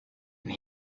and